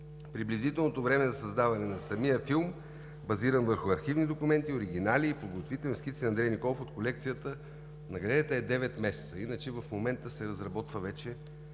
Приблизителното време за създаването на самия филм, базиран върху архивни документи, оригинали и подготвителни скици на Андрей Николов от колекцията на галерията, е 9 месеца. Иначе в момента се разработва